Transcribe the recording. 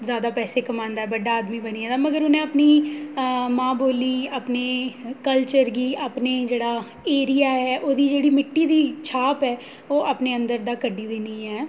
जैदा पैसे कमांदा ऐ बड्डा आदमी बनी गेदा ऐ मगर उ'न्नै अपनी मां बोल्ली अपने कल्चर गी अपना जेह्ड़ा एरिया ऐ ओह्दी जेह्ड़ी मित्ती दी छाप ऐ ओह् अपने अंदर दा कड्ढी दी निं ऐ